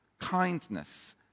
kindness